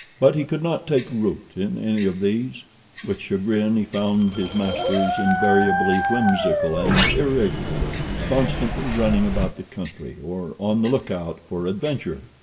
but he could not take root in any of these with chagrin, he found his masters invariably whimsical and irregular, constantly running about the country, or on the look-out for adventure.